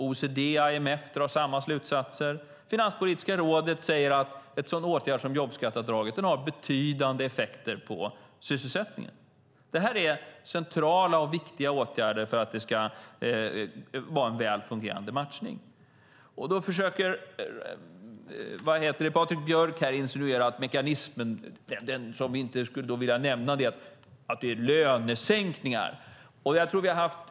OECD och IMF drar samma slutsatser, och Finanspolitiska rådet säger att en åtgärd som jobbskatteavdraget har betydande effekter på sysselsättningen. Detta är centrala och viktiga åtgärder för att matchningen ska fungera väl. Då försöker Patrik Björck insinuera att mekanismen - den som vi då inte skulle vilja nämna - skulle handla om lönesänkningar.